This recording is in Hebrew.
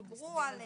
את מדברת על